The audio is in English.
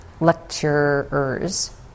lecturers